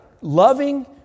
loving